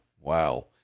wow